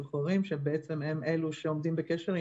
הוא החליט שהוא רוצה לתת לגדוד כזה או